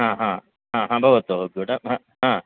ह ह ह ह भवतु गुड् ह् ह